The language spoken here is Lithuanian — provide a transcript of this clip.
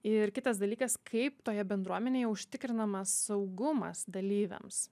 ir kitas dalykas kaip toje bendruomenėje užtikrinamas saugumas dalyviams